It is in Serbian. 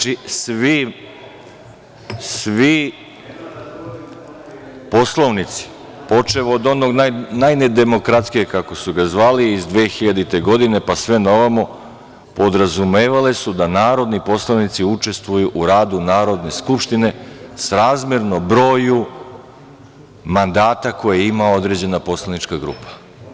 Svi poslovnici, počev od onog najnedemokratskijeg, kako su ga zvali, iz 2000. godine pa sve naovamo, podrazumevali su da narodni poslanici učestvuju u radu Narodne skupštine, srazmerno broju mandata koje ima određena poslanička grupa.